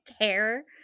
care